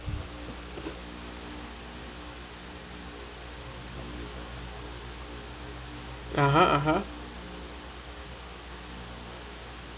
(uh huh) (uh huh)